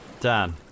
Dan